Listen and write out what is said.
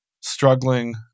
struggling